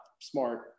smart